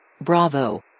Bravo